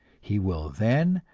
he will then,